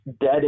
dead